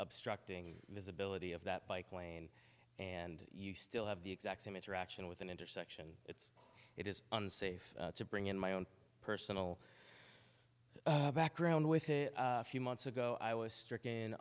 obstructing visibility of that bike lane and you still have the exact same interaction with an intersection that it is unsafe to bring in my own personal background with a few months ago i was struck